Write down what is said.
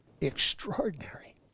extraordinary